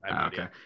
Okay